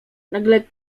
nagle